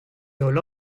holl